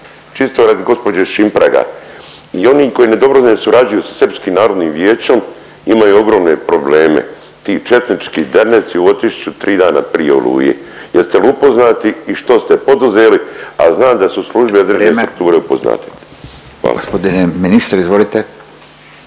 čisto radi gospođe Šimpraga. I oni koji dobro ne surađuju sa Srpskim narodnim vijećom imaju ogromne probleme, ti četnički derneci u Otišiću tri dana prije Oluje. Jel ste upoznati i što ste poduzeli? A znam da su službe …/Upadica Radin: Vrijeme./… … upoznate. Hvala. **Radin, Furio